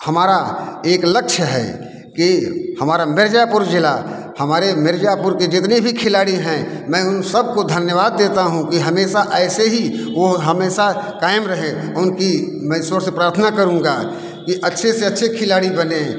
हमारा एक लक्ष्य है कि हमारा मिर्जापुर जिला हमारे मिर्जापुर के जितने भी खिलाड़ी हैं मैं उन सब को धन्यवाद देता हूँ कि हमेशा ऐसे ही वो हमेशा कायम रहे उनकी मैं ईश्वर से प्रार्थना करूँगा कि अच्छे से अच्छे खिलाड़ी बनें